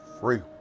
free